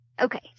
Okay